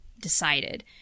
decided